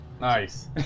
Nice